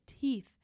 teeth